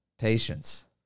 Patience